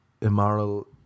immoral